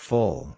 Full